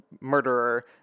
murderer